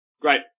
Great